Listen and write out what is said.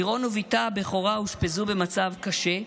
לירון ובתה הבכורה אושפזו במצב קשה.